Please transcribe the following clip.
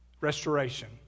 restoration